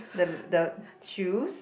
the the shoes